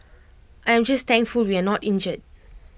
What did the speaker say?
I am just thankful we are not injured